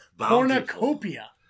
Cornucopia